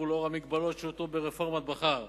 ולאור המגבלות שהוטלו ברפורמת בכר,